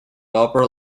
upper